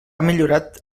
millorat